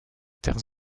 terres